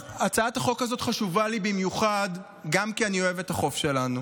הצעת החוק הזאת חשובה לי במיוחד גם כי אני אוהב את החוף שלנו,